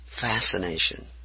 fascination